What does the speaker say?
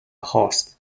host